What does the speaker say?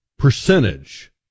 percentage